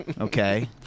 Okay